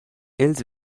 els